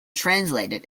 translated